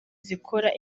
zikora